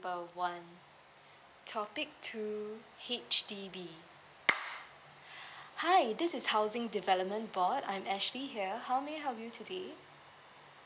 ber~ one topic two H_D_B hi this is housing development board I'm ashley here how may I help you today